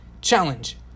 challenge